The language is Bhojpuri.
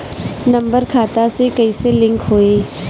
नम्बर खाता से कईसे लिंक होई?